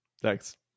Thanks